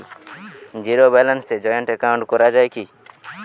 Zero ব্যালেন্সে joint account করা য়ায় কি?